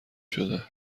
شده